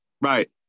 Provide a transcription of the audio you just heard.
Right